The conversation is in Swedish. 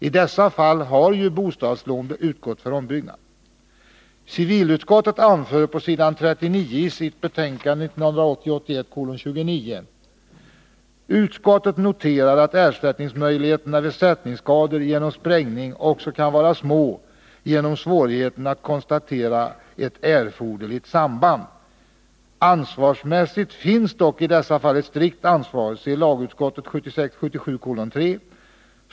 I dessa fall har ju bostadslån utgått för ombyggnad. ”Utskottet noterar att ersättningsmöjligheterna vid sättningsskador genom sprängning också kan vara små genom svårigheten att konstatera ett erforderligt samband. Ansvarsmässigt finns dock i dessa fall ett strikt ansvar .